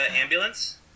ambulance